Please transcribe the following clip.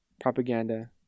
propaganda